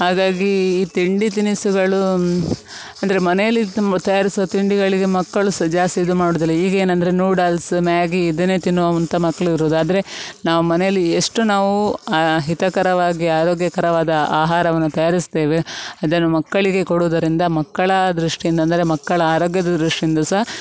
ಹಾಗಾಗಿ ಈ ತಿಂಡಿ ತಿನಿಸುಗಳು ಅಂದರೆ ಮನೆಯಲ್ಲಿ ತಯಾರಿಸುವ ತಿಂಡಿಗಳಿಗೆ ಮಕ್ಕಳು ಸಹ ಜಾಸ್ತಿ ಇದು ಮಾಡುವುದಿಲ್ಲ ಈಗೇನೆಂದ್ರೆ ನೂಡಲ್ಸ್ ಮ್ಯಾಗಿ ಇದನ್ನೇ ತಿನ್ನುವಂತಹ ಮಕ್ಳು ಇರುವುದು ಆದರೆ ನಾವು ಮನೆಯಲ್ಲಿ ಎಷ್ಟು ನಾವು ಹಿತಕರವಾಗಿ ಆರೋಗ್ಯಕರವಾದ ಆಹಾರವನ್ನು ತಯಾರಿಸ್ತೇವೆ ಅದನ್ನು ಮಕ್ಕಳಿಗೆ ಕೊಡುವುದರಿಂದ ಮಕ್ಕಳ ದೃಷ್ಟಿಯಿಂದ ಅಂದರೆ ಮಕ್ಕಳ ಆರೋಗ್ಯದ ದೃಷ್ಟಿಯಿಂದ ಸಹ